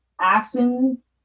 Actions